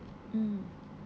mm